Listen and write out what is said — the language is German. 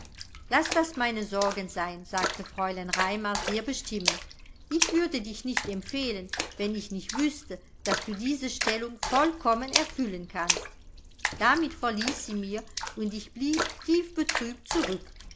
laß das meine sorgen sein sagte fräulein raimar sehr bestimmend ich würde dich nicht empfehlen wenn ich nicht wüßte daß du diese stellung vollkommen erfüllen kannst damit verließ sie mir und ich blieb tief betrübt zurück